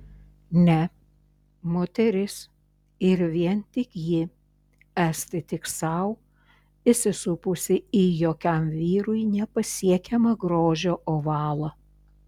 ne moteris ir vien tik ji esti tik sau įsisupusi į jokiam vyrui nepasiekiamą grožio ovalą